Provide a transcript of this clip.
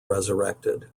resurrected